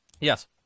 yes